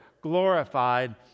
glorified